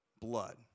blood